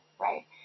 right